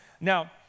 Now